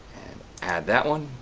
add that one.